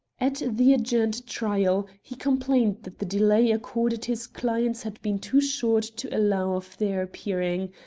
at the adjourned trial, he complained that the delay accorded his clients had been too short to allow of their appearing,